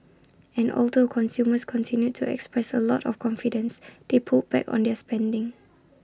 and although consumers continued to express A lot of confidence they pulled back on their spending